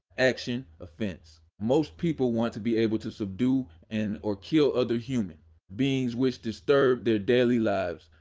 action offense most people want to be able to subdue and or kill other human beings which disturb their daily lives,